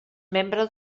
membre